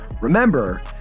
Remember